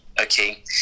Okay